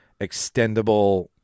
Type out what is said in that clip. extendable